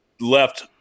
left –